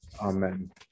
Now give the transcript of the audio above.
Amen